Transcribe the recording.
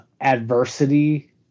adversity